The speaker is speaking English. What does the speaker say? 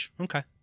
okay